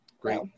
Great